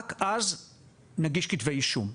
רק אז הוא מגיש כתבי אישום.